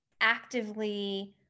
actively